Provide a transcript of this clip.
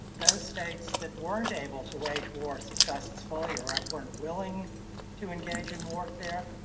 those states that weren't able to wage war successfully, or weren't willing to engage in warfare,